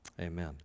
amen